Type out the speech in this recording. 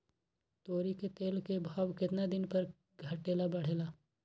तोरी के तेल के भाव केतना दिन पर घटे ला बढ़े ला?